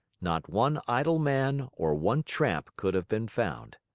not one idle man or one tramp could have been found.